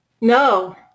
No